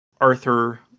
Arthur